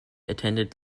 attended